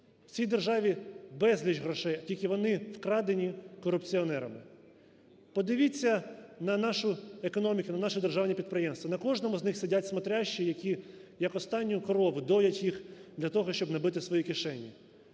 в цій державі безліч грошей, тільки вони вкрадені корупціонерами. Подивіться на нашу економіку, на наші державні підприємства, на кожному з них сидять смотрящі, які, як останню корову, доять їх для того, щоб набити свої кишені.